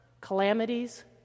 calamities